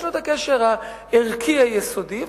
יש לו הקשר הערכי היסודי,